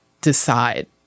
decide